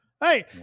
Hey